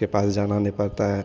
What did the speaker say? के पास जाना नहीं पड़ता है